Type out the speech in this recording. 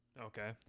Okay